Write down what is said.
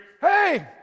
Hey